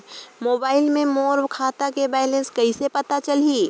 Mobile मे मोर खाता के बैलेंस कइसे पता चलही?